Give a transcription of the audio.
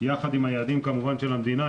כמובן יחד עם היעדים של המדינה,